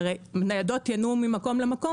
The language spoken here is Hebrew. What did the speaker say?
הרי ניידות ינועו ממקום למקום,